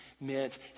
meant